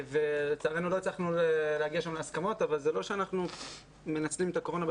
לצערנו לא הצלחנו להגיע להסכמות אבל זה לא שאנחנו מנצלים את הקורונה.